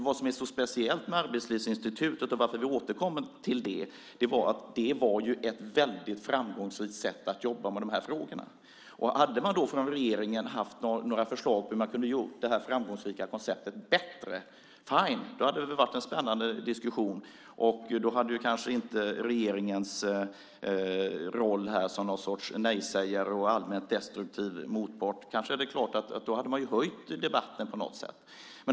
Vad som var så speciellt med Arbetslivsinstitutet, och varför vi återkommer till det, var att det var ett väldigt framgångsrikt sätt att jobba med de här frågorna. Om regeringen hade haft några förslag till hur man kunde ha gjort det här framgångsrika konceptet bättre - fine ! Då hade det varit en spännande diskussion, och då hade regeringens roll här kanske inte varit någon sorts nej-sägare och allmänt destruktiv motpart. Då hade man höjt debatten på något sätt.